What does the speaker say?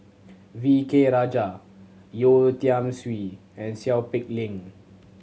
V K Rajah Yeo Tiam Siew and Seow Peck Leng